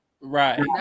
Right